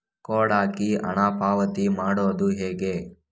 Code ಹಾಕಿ ಹಣ ಪಾವತಿ ಮಾಡೋದು ಹೇಗೆ?